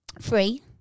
Free